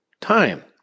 time